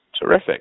Terrific